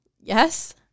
Yes